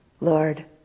Lord